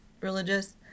religious